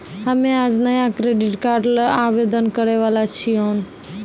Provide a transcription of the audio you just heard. हम्मे आज नया क्रेडिट कार्ड ल आवेदन करै वाला छियौन